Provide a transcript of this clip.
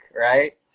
right